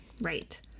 Right